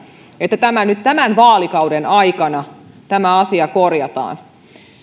että tämä asia nyt tämän vaalikauden aikana korjataan